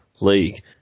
league